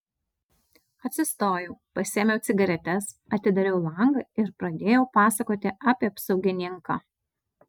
atsistojau pasiėmiau cigaretes atidariau langą ir pradėjau pasakoti apie apsaugininką